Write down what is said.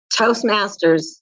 Toastmasters